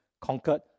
conquered